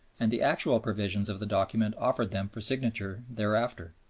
and the actual provisions of the document offered them for signature thereafter.